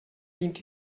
vint